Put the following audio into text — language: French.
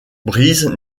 brise